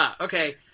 okay